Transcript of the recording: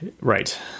Right